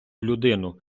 людину